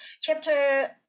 chapter